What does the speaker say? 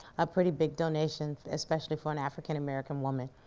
a pretty big donation, especially for an african-american woman.